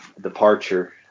departure